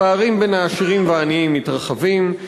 הפערים בין העשירים לעניים מתרחבים,